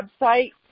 website